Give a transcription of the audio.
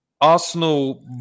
Arsenal